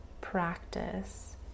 practice